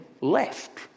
left